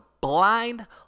blind